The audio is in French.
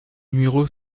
numéro